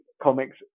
Comics